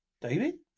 david